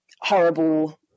horrible